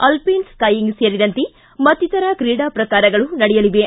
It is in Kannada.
ಅಲ್ಲೇನ್ ಸೈಯಿಂಗ್ ಸೇರಿದಂತೆ ಮತ್ತಿತರ ಕ್ರೀಡಾ ಪ್ರಕಾರಗಳು ನಡೆಯಲಿವೆ